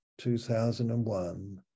2001